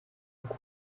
uko